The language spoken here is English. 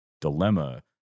dilemma